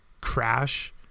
crash